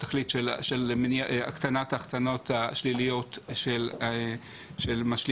התכלית של הקטנת ההחצנות השליליות של השקל